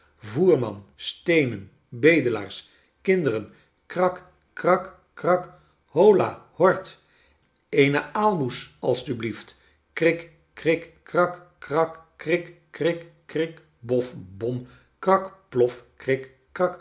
voerman steenen bedelaars kinderen krak krak krak holla hort eene aalmoes asjebliefc krik krik krak krak krik krik krik bof bom krak plof krik